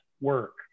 work